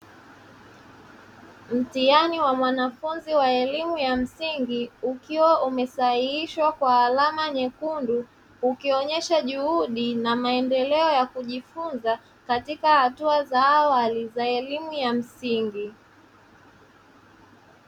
Mtihani wa mwanafunzi wa elimu ya msingi, ukiwa umesahihishwa kwa alama nyekundu, ukionyesha juhudi na maendeleo ya kujifunza katika hatua za awali za elimu ya msingi.